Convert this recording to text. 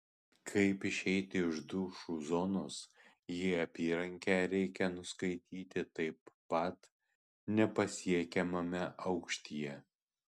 kaip išeiti iš dušų zonos jei apyrankę reikia nuskaityti taip pat nepasiekiamame aukštyje